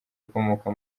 ukomoka